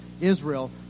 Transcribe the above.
Israel